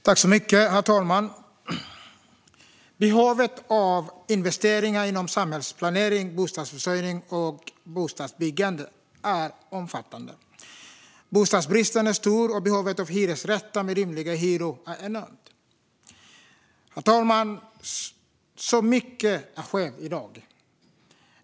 Herr talman! Behovet av investeringar inom samhällsplanering, bostadsförsörjning och bostadsbyggande är omfattande. Bostadsbristen är stor, och behovet av hyresrätter med rimliga hyror är enormt. Herr talman! Så mycket är skevt i dag.